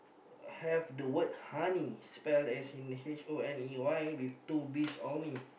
have the word honey spell as in H O N E Y with two bees only